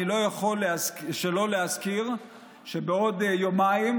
אני לא יכול שלא להזכיר שבעוד יומיים,